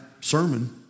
sermon